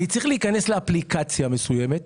אני צריך להיכנס לאפליקציה מסוימת.